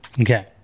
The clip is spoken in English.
Okay